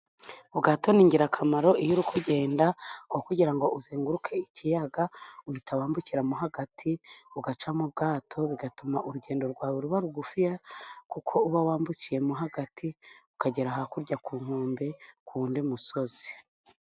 Ubwato ni ingirakamaro iyo uri ugenda aho kugira ngo uzenguruke ikiyaga, uhita wambukiramo hagati ugacamo mu bwato bigatuma urugendo rwawe ruba rugufiya, kuko uba wambukiyemo hagati ukagera hakurya ku nkombe ku wundi musozi.